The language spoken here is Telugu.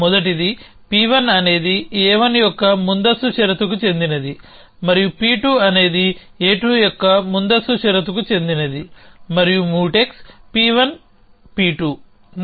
మొదటిది P1 అనేది a1 యొక్క ముందస్తు షరతుకు చెందినది మరియు p2 అనేది a2 యొక్క ముందస్తు షరతుకు చెందినది మరియు మ్యూటెక్స్ P1 P2